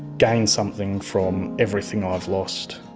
gain something from everything ah i've lost.